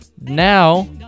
now